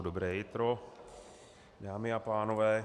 Dobré jitro, dámy a pánové.